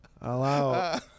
Allow